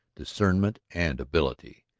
discernment, and ability.